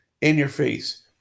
in-your-face